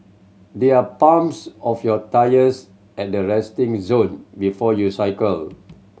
there are pumps of your tyres at the resting zone before you cycle